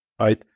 right